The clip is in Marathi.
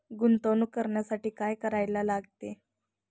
गुंतवणूक करण्यासाठी काय करायला लागते?